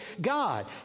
God